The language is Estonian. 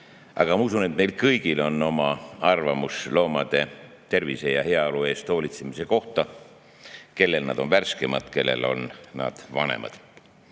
Aga ma usun, et meil kõigil on oma arvamus loomade tervise ja heaolu eest hoolitsemise kohta, kellel värskem, kellel vanem. See